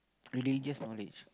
religious knowledge